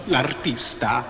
L'artista